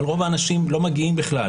אבל רוב האנשים לא מגיעים בכלל,